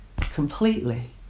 completely